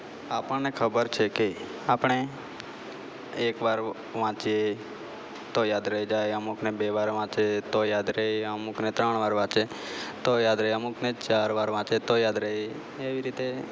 આપણને ખબર છે કે આપણે એક વાર વાંચીએ તો યાદ રહી જાય અમુકને બે વાર વાંચે તો યાદ રહે અમુકને ત્રણ વાર વાંચે તો યાદ રહે અમુકને ચાર વાર વાંચે તો યાદ રહે એવી રીતે